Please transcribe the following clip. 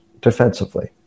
defensively